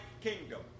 kingdom